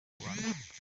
rwanda